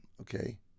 okay